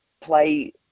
play